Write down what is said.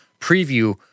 preview